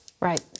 Right